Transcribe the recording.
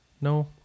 No